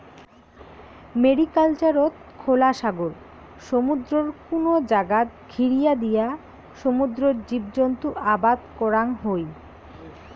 ম্যারিকালচারত খোলা সাগর, সমুদ্রর কুনো জাগাত ঘিরিয়া দিয়া সমুদ্রর জীবজন্তু আবাদ করাং হই